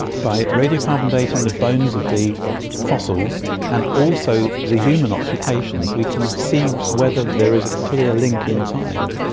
by radiocarbon dating the bones of the fossils and also the human occupations, we can see whether there is a clear link in time.